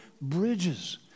bridges